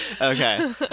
Okay